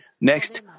next